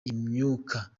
imyuka